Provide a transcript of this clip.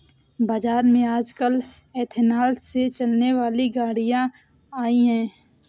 बाज़ार में आजकल एथेनॉल से चलने वाली गाड़ियां आई है